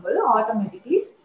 automatically